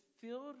filled